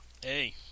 Hey